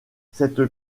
cette